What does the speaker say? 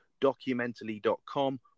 documentally.com